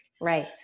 Right